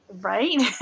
right